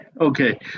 okay